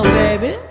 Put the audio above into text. baby